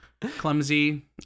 Clumsy